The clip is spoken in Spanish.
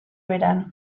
verano